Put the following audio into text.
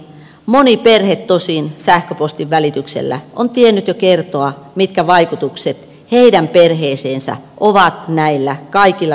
moni perhe tosin sähköpostin välityksellä on tiennyt jo kertoa mitkä vaikutukset heidän perheeseensä on näillä kaikilla leikkauksilla yhteensä